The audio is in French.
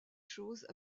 choses